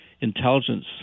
intelligence